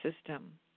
system